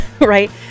right